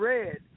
Red